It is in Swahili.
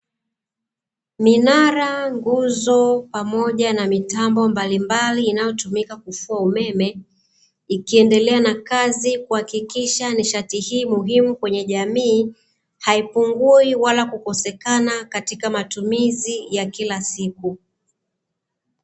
Minara, nguzo pamoja na mitambo mbalimbali inayotumika kufua umeme ikiendelea na kazi, kuhakikisha nishati hii muhimu kwenye jamii haipungui wala kukosekana katika matumizi ya kila siku.